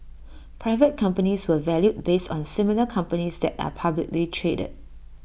private companies were valued based on similar companies that are publicly traded